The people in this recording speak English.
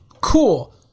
Cool